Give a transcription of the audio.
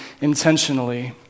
intentionally